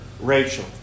Rachel